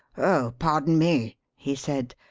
oh, pardon me, he said.